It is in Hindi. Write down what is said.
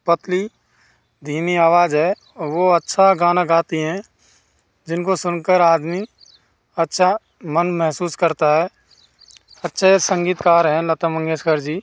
पतली धीमी आवाज है और वो अच्छा गाना गाती हैं जिनको सुनकर आदमी अच्छा मन महसूस करता है अच्छे संगीतकार हैं लता मंगेशकर जी